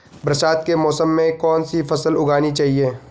बरसात के मौसम में कौन सी फसल उगानी चाहिए?